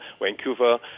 Vancouver